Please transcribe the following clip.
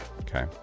Okay